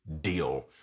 deal